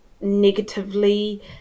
negatively